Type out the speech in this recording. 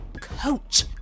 coach